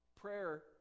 Prayer